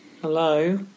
Hello